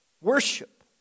Worship